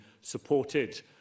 supported